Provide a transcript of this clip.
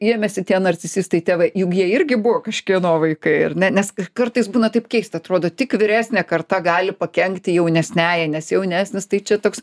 ėmėsi tie narcisistai tėvai juk jie irgi buvo kažkieno vaikai ar ne nes kartais būna taip keista atrodo tik vyresnė karta gali pakenkti jaunesniajai nes jaunesnis tai čia toks